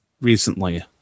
recently